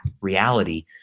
reality